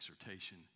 exhortation